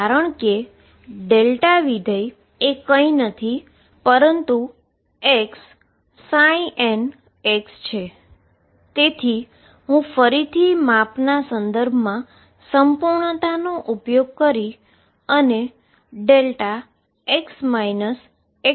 કારણ કે delta function એ કંઈ નથી પરંતુ xnx છે તેથી હું ફરીથી માપના સંદર્ભમાં સંપૂર્ણતાનો ઉપયોગ કરીને x xલખી શકું છું